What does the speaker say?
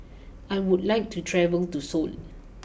I would like to travel to Seoul